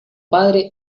padre